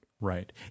Right